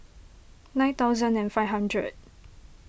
nine thousand and five hundred